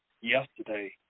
yesterday